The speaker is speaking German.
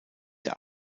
der